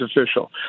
official